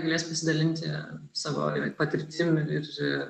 galės pasidalinti savo patirtimi ir ir